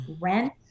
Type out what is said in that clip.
rent